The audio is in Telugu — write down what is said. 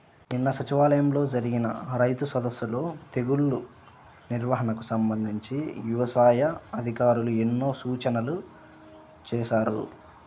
నిన్న సచివాలయంలో జరిగిన రైతు సదస్సులో తెగుల్ల నిర్వహణకు సంబంధించి యవసాయ అధికారులు ఎన్నో సూచనలు చేశారు